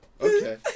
Okay